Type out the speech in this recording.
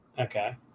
Okay